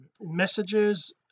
messages